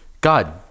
God